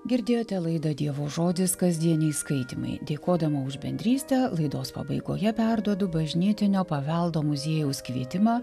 girdėjote laidą dievo žodis kasdieniai skaitymai dėkodama už bendrystę laidos pabaigoje perduodu bažnytinio paveldo muziejaus kvietimą